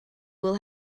will